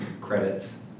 credits